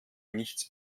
nichts